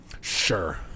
Sure